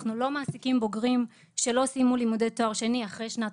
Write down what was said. אנחנו לא מעסיקים בוגרים שלא סיימו לימודי תואר שני אחרי שנת